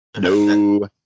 No